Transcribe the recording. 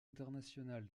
international